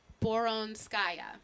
Boronskaya